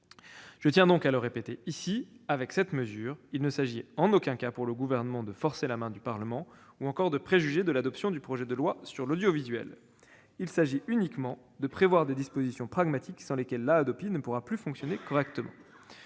Je tiens à le répéter ici, avec cette mesure, il ne s'agit en aucun cas pour le Gouvernement de « forcer la main » du Parlement ou encore de préjuger de l'adoption du projet de loi sur l'audiovisuel. Il s'agit uniquement de prévoir des dispositions pragmatiques sans lesquelles la Hadopi ne pourra plus fonctionner correctement.